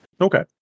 Okay